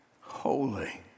holy